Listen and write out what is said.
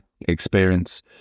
experience